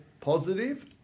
positive